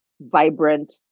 vibrant